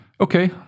Okay